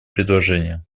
предложение